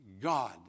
God